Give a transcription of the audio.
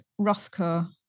Rothko